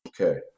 Okay